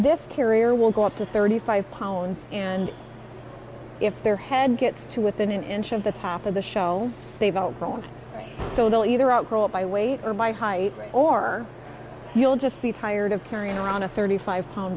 this carrier will go up to thirty five pounds and if their head gets to within an inch of the top of the show they've outgrown so they'll either outgrow it by weight or by height or you'll just be tired of carrying around a thirty five pound